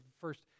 first